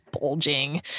bulging